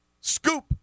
Scoop